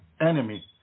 enemy